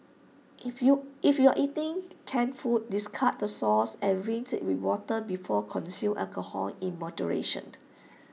if you if you are eating canned food discard the sauce or rinse IT with water before consume alcohol in moderation